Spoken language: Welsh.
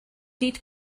nid